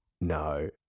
No